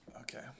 Okay